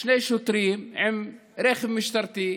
שני שוטרים עם רכב משטרתי.